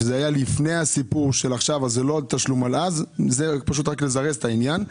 זה לא תשלום על אז אלא זה כדי לזרז את העניין.